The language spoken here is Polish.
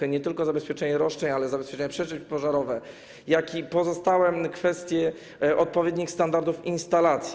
To nie tylko zabezpieczenie roszczeń, ale zabezpieczenie przeciwpożarowe, jak i pozostałe kwestie odpowiednich standardów instalacji.